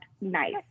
nice